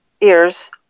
ears